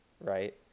right